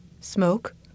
Smoke